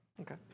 okay